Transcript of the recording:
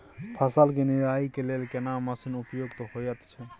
फसल के निराई के लेल केना मसीन उपयुक्त होयत छै?